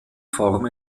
form